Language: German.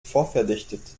vorverdichtet